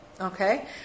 okay